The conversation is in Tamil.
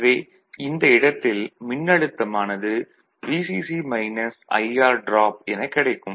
எனவே இந்த இடத்தில் மின்னழுத்தம் ஆனது VCC மைனஸ் IR டிராப் என கிடைக்கும்